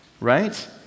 right